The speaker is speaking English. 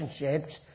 relationships